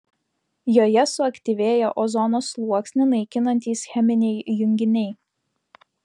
joje suaktyvėja ozono sluoksnį naikinantys cheminiai junginiai